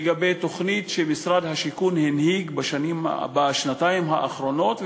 לגבי תוכנית שמשרד השיכון הנהיג בשנתיים האחרונות,